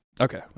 Okay